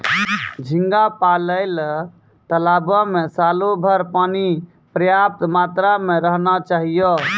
झींगा पालय ल तालाबो में सालोभर पानी पर्याप्त मात्रा में रहना चाहियो